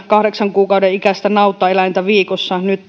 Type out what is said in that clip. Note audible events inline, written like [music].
kahdeksan kuukauden ikäistä nautaeläintä viikossa ja nyt [unintelligible]